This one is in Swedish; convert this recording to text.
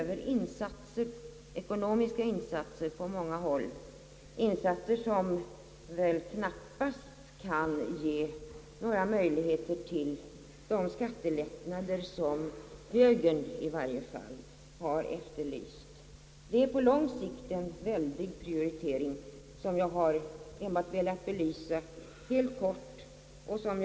Det kräver ekonomiska insatser på många håll, insatser som väl knappast kan ge utrymme för de skattelättnader som i varje fall högern har efterlyst. Det blir på lång sikt fråga om en prioritering som jag här endast helt kort har velat föra på tal.